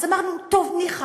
אז אמרנו: טוב, ניחא.